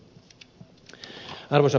arvoisa puhemies